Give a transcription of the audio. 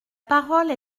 parole